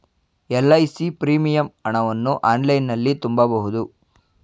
LIC premium ಹಣವನ್ನು ಆನ್ಲೈನಲ್ಲಿ ತುಂಬಬಹುದು